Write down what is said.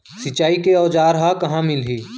सिंचाई के औज़ार हा कहाँ मिलही?